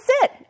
sit